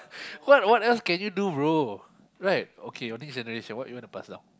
what what else can you do bro right okay your next generation what you want to pass down